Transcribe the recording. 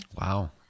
Wow